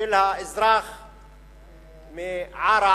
של האזרח מעארה-ערערה,